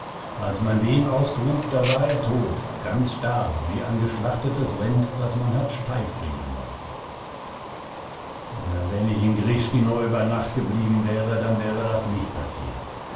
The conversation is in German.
als man den ausgrub da war er tot ganz starr wie ein geschlachtetes rind das man hat steif frieren lassen wenn ich in grischkino über nacht geblieben wäre dann wäre das nicht passiert